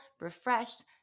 refreshed